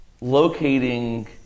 locating